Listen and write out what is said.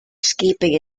escaping